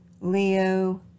Leo